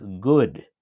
good